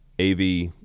AV